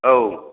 औ